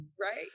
Right